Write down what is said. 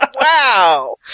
Wow